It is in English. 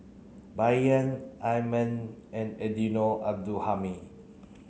Bai Yan Al and Eddino Abdul Hadi